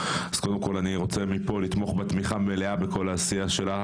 אז קודם כל אני רוצה מפה לתמוך בה תמיכה מלאה בכל העשייה שלה.